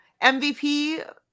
mvp